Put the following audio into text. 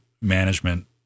management